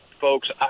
folks